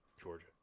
Georgia